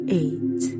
eight